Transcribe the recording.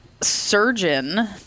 surgeon